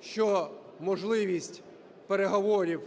що можливість переговорів